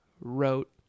wrote